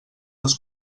els